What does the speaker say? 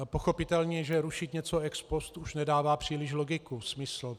Pochopitelně rušit něco ex post už nedává příliš logiku, smysl.